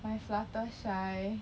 by flutter shy